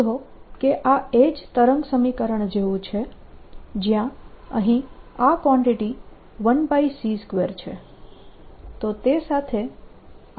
નોંધો કે આ એ જ તરંગ સમીકરણ જેવું છે જયાં અહીં આ કવાન્ટીટી 1c2 છે